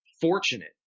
fortunate